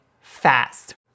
fast